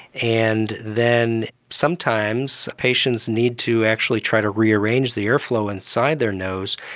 and then sometimes patients need to actually try to rearrange the airflow inside their nose.